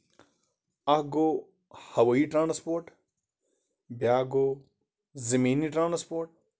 اکھ گوو ہَوٲیی ٹرانَسپورٹ بیاکھ گوو زٔمیٖنی ٹرانَسپورٹ